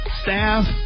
staff